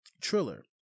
Triller